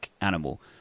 animal